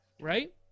right